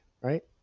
right